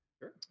Sure